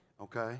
Okay